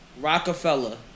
Rockefeller